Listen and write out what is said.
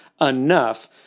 enough